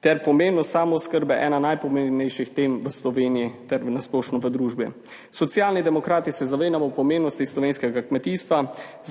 ter pomenu samooskrbe ena najpomembnejših tem v Sloveniji ter na splošno v družbi. Socialni demokrati se zavedamo pomembnosti slovenskega kmetijstva,